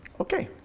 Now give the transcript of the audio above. okay,